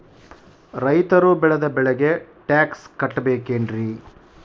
ರೈತರು ಬೆಳೆದ ಬೆಳೆಗೆ ಟ್ಯಾಕ್ಸ್ ಕಟ್ಟಬೇಕೆನ್ರಿ?